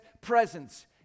presence